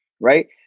Right